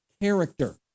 character